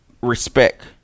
Respect